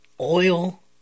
Oil